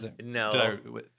No